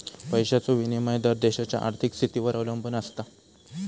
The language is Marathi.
पैशाचो विनिमय दर देशाच्या आर्थिक स्थितीवर अवलंबून आसता